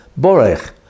Borech